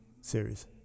series